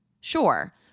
Sure